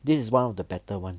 this is one of the better one